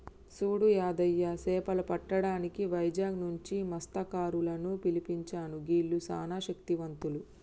సూడు యాదయ్య సేపలు పట్టటానికి వైజాగ్ నుంచి మస్త్యకారులను పిలిపించాను గీల్లు సానా శక్తివంతులు